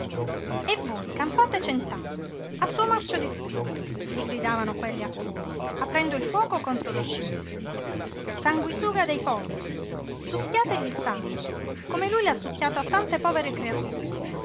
e voi campate cent'anni a suo marcio dispetto gli gridavano quelle a coro aprendo il fuoco contro lo scinè sanguisuga dei poveri succhiategli il sangue come lui l'ha succhiato a tante povere creature